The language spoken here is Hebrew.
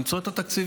למצוא את התקציבים.